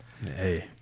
Hey